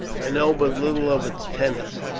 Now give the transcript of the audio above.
i know but little of its tenets,